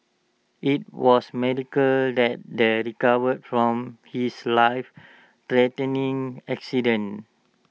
IT was miracle that he recovered from his lifethreatening accident